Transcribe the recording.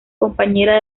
compañera